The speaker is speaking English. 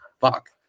Fuck